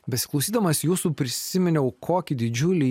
besiklausydamas jūsų prisiminiau kokį didžiulį